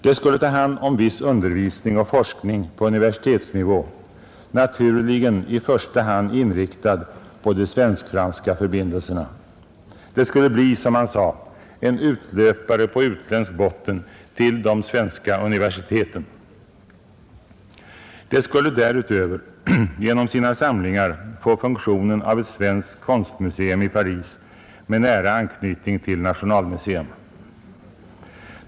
Det skulle ta hand om viss undervisning och forskning på universitetsnivå, naturligen i första hand inriktad på de svensk-franska förbindelserna. Det skulle bli, som man sade, ”en utlöpare på utländsk botten till de svenska universiteten”. Det skulle därutöver genom sina samlingar få funktionen av ett svenskt konstmuseum i Paris med nära anknytning till Nationalmuseum.